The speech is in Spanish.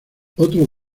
otros